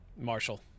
Marshall